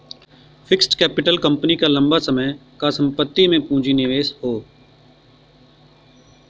fixed capital company क लंबा समय क संपत्ति में पूंजी निवेश हौ